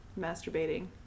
masturbating